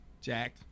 jack